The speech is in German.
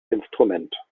instrument